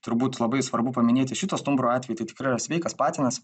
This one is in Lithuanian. turbūt labai svarbu paminėti šito stumbro atveju tai tikrai yra sveikas patinas